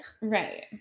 right